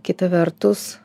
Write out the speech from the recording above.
kita vertus